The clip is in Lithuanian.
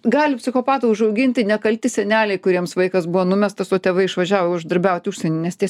gali psichopatą užauginti nekalti seneliai kuriems vaikas buvo numestas o tėvai išvažiavo uždarbiaut į užsieny nes tie